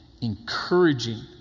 Encouraging